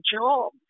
job